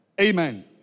Amen